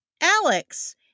Alex